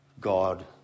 God